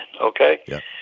okay